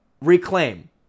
reclaim